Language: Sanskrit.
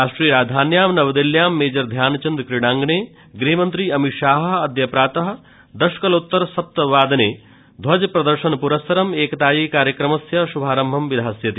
राष्ट्रियराजधान्यां नवदिल्ल्यां मेजर ध्यानचन्दक्रीडाङ्गणे गृहमन्त्री अमितशाहः अद्य प्रातः दशकलोत्तरसप्तवादने ध्वजप्रदर्शनपुरस्सरमु एकताये कार्यक्रमस्य शुभारम्भं विधास्यति